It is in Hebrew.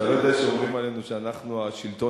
אתה לא יודע שאומרים עלינו שאנחנו השלטון